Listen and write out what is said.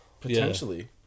Potentially